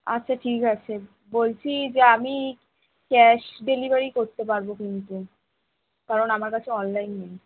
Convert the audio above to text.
আচ্ছা ঠিক আছে বলছি যে আমি ক্যাশ ডেলিভারিই করতে পারবো কিন্তু কারণ আমার কাছে অনলাইন নেই